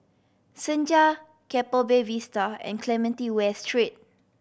Senja Keppel Bay Vista and Clementi West Street